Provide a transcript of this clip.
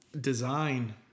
Design